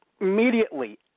Immediately